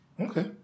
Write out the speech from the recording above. Okay